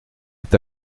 est